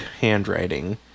handwriting